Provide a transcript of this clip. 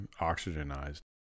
oxygenized